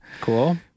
Cool